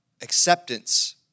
acceptance